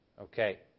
Okay